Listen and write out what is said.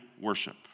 worship